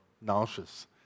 nauseous